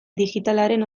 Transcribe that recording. digitalaren